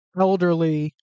elderly